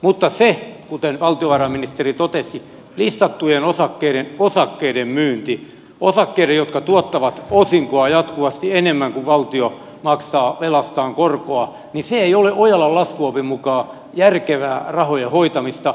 mutta kuten valtiovarainministeri totesi listattujen osakkeiden myynti osakkeiden jotka tuottavat osinkoa jatkuvasti enemmän kuin valtio maksaa velastaan korkoa ei ole ojalan laskuopin mukaan järkevää rahojen hoitamista